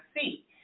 see